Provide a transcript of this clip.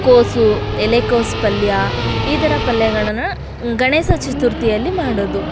ಕೋಸು ಎಲೆಕೋಸು ಪಲ್ಯ ಈ ಥರ ಪಲ್ಯಗಳನ್ನು ಗಣೇಶ ಚತುರ್ಥಿಯಲ್ಲಿ ಮಾಡೋದು